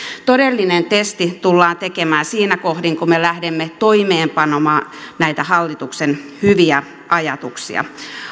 todellinen testi tullaan tekemään siinä kohdin kun me lähdemme toimeenpanemaan näitä hallituksen hyviä ajatuksia